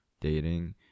dating